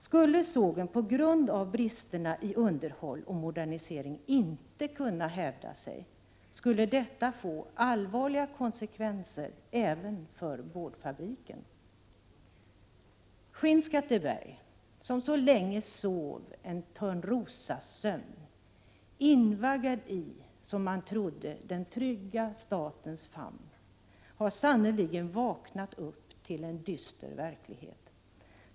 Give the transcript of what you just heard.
Skulle sågen på grund av bristerna i underhåll och modernisering inte kunna hävda sig, skulle detta få allvarliga konsekvenser även för boardfabriken. Skinnskatteberg som länge sov en Törnrosasömn invaggad i — som man trodde — statens trygga famn, har sannerligen vaknat upp till en dyster verklighet.